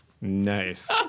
Nice